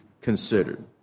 considered